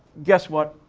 guess what?